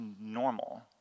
normal